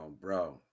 Bro